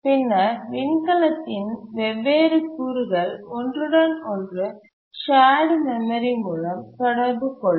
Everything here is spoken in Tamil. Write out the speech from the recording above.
பின்னர் விண்கலத்தின் வெவ்வேறு கூறுகள் ஒன்றுடன் ஒன்று சார்டு மெமரி மூலம் தொடர்பு கொள்ளும்